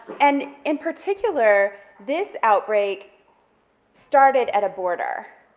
and in particular, this outbreak started at a border.